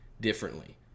differently